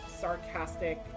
sarcastic